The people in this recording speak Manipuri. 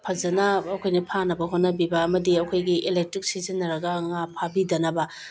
ꯐꯖꯅ ꯑꯩꯈꯣꯏꯅ ꯐꯥꯅꯕ ꯍꯣꯠꯅꯕꯤꯕ ꯑꯃꯗꯤ ꯑꯩꯈꯣꯏꯒꯤ ꯑꯦꯂꯦꯛꯇ꯭ꯔꯤꯛ ꯁꯤꯖꯤꯟꯅꯔꯒ ꯉꯥ ꯐꯥꯕꯤꯗꯅꯕ